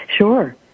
Sure